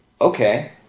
Okay